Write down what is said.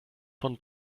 von